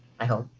i hope?